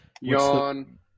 Yawn